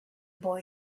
boy